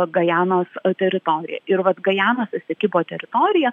gajanos teritoriją ir vat gajanos esekibo teritorija